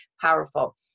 powerful